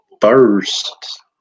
first